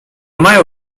mają